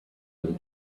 them